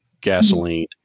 gasoline